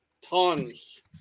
tons